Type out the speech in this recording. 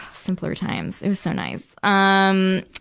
simpler times it was so nice. um,